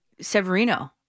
Severino